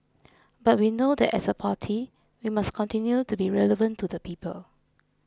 but we know that as a party we must continue to be relevant to the people